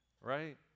right